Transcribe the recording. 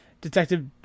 detective